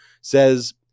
says